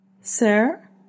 Sir